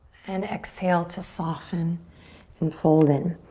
and exhale to soften and fold in.